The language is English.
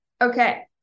Okay